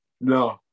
No